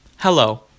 Hello